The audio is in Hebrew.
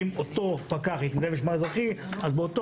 אם אותו פקח יתנדב במשמר האזרחי אז באותו